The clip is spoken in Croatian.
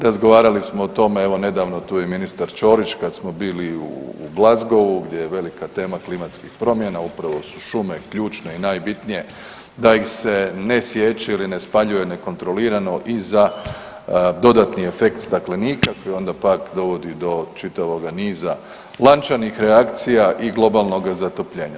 Razgovarali smo o tome evo nedavno tu je i ministar Ćorić kad smo bili u Glasgowu gdje je velika tema klimatskih promjena upravo su šume ključne i najbitnije da ih se ne siječe ili ne spaljuje nekontrolirano i za dodatni efekt staklenika koji onda pak dovodi do čitavoga niza lančanih reakcija i globalnoga zatopljena.